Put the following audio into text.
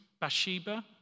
Bathsheba